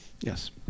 Yes